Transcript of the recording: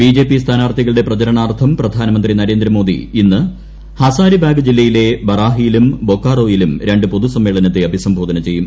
BJP സ്ഥാനാർത്ഥികളുടെ പ്രചാരാണാർത്ഥം പ്രധാനമന്ത്രി നരേന്ദ്രമോദി ഇന്ന് ഹസാരിബാഗ് ജില്ലയിലെ ബറാഹിയിലും ബൊക്കാറോയിലും രണ്ട് പൊതുസമ്മേളനത്തെ അഭിസംബോധന ചെയ്യും